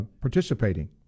participating